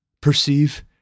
perceive